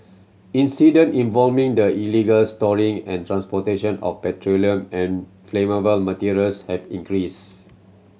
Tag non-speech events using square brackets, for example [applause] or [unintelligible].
incident [unintelligible] the illegal storing and transportation of petroleum and flammable materials have increased